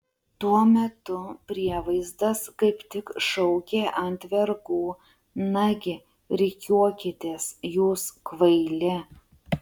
tuo metu prievaizdas kaip tik šaukė ant vergų nagi rikiuokitės jūs kvaili